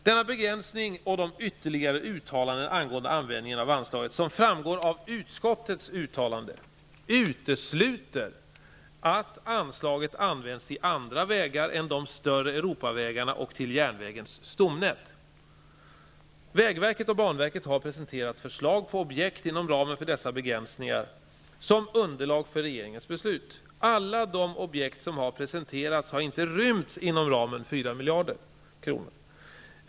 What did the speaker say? Denna begränsning och de ytterligare uttalanden angående användningen av anslaget som framgår av utskottets utlåtande utesluter att anslaget används till andra vägar än de större Vägverket och banverket har presenterat förslag på objekt inom ramen för dessa begränsningar som underlag för regeringens beslut. Alla de objekt som har presenterats har inte rymts inom ramen 4 miljarder kronor.